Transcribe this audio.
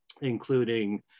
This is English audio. including